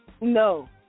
no